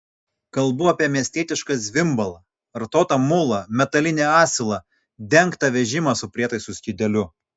kalbu apie miestietišką zvimbalą ratuotą mulą metalinį asilą dengtą vežimą su prietaisų skydeliu